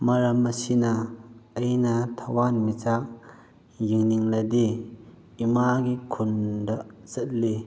ꯃꯔꯝ ꯑꯁꯤꯅ ꯑꯩꯅ ꯊꯋꯥꯟꯃꯤꯆꯥꯛ ꯌꯦꯡꯅꯤꯡꯂꯗꯤ ꯏꯃꯥꯒꯤ ꯈꯨꯟꯗ ꯆꯠꯂꯤ